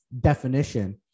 definition